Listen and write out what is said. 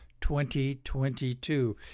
2022